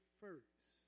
first